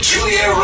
Julia